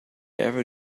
ever